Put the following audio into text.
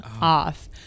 off